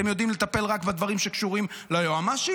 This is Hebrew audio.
אתם יודעים לטפל רק בדברים שקשורים ליועמ"שית?